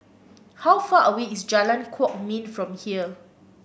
how far away is Jalan Kwok Min from here